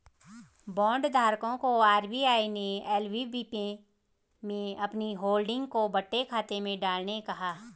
bond धारकों को RBI ने एल.वी.बी में अपनी होल्डिंग को बट्टे खाते में डालने कहा